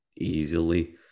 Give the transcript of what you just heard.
easily